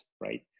right